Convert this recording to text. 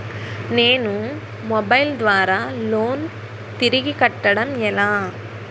నేను మొబైల్ ద్వారా లోన్ తిరిగి కట్టడం ఎలా?